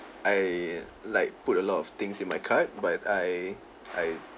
I like put a lot of things in my cart but I I